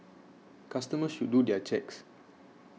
customers should do their checks